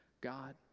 God